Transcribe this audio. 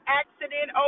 accident